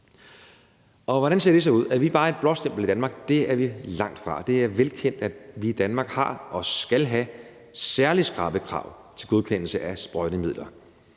Hvordan ser det så ud? Er vi bare et blåstempel i Danmark? Det er vi langtfra. Det er velkendt, at vi i Danmark har og skal have særlig skrappe krav til godkendelse af sprøjtemidler,